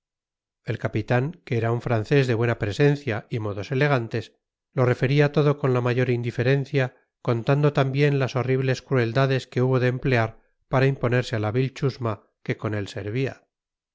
el capitán que era un francés de buena presencia y modos elegantes lo refería todo con la mayor indiferencia contando también las horribles crueldades que hubo de emplear para imponerse a la vil chusma que con él servía